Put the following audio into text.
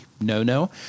no-no